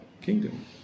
Kingdom